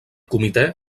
comitè